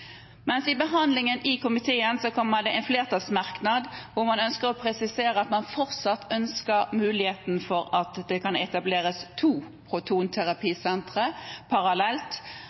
mens det under behandlingen i komiteen kom en flertallsmerknad hvor man ønsker å presisere at man fortsatt ønsker mulighet for at det kan etableres to protonterapisentre parallelt,